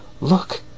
look